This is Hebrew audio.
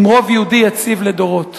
עם רוב יהודי יציב לדורות.